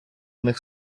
них